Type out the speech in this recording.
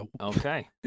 Okay